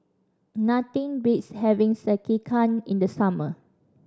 nothing beats having Sekihan in the summer